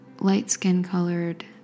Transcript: light-skin-colored